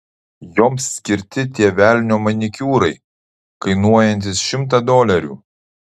joms skirti tie velnio manikiūrai kainuojantys šimtą dolerių